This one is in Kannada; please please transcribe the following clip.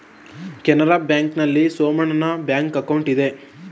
ಕೆನರಾ ಬ್ಯಾಂಕ್ ಆಲ್ಲಿ ಸೋಮಣ್ಣನ ಬ್ಯಾಂಕ್ ಅಕೌಂಟ್ ಇದೆ